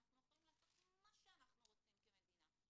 אנחנו יכולים לעשות מה שאנחנו רוצים כמדינה אבל